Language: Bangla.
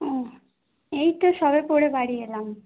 ওহ এই তো সবে পড়ে বাড়ি এলাম